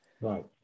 right